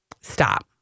Stop